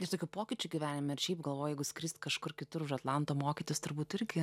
visokių pokyčių gyvenime ir šiaip galvoju jeigu skrist kažkur kitur už atlanto mokytis turbūt irgi